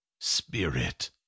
Spirit